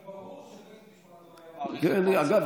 אגב,